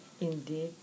indeed